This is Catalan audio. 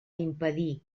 impedir